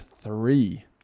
three